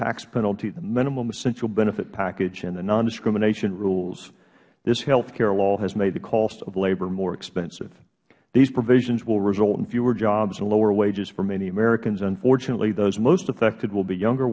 tax penalty the minimum essential benefit package and the non discrimination rules this healthcare law has made the cost of labor more expensive these provisions will result in fewer jobs and lower wages for many americans and unfortunately those most affected will be younger